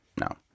no